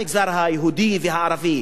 המגזר היהודי והערבי.